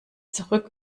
zurück